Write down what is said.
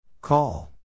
Call